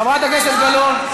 חברת הכנסת גלאון.